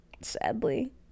sadly